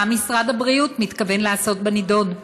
מה משרד הבריאות מתכוון לעשות בנידון?